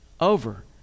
over